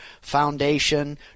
foundation